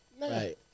Right